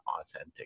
authentic